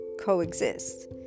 coexist